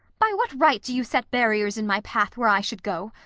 by what right do you set barriers in my path where i should go?